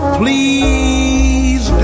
please